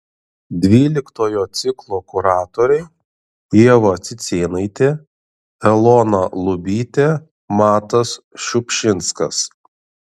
dvyliktojo ciklo kuratoriai ieva cicėnaitė elona lubytė matas šiupšinskas